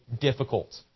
difficult